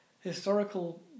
historical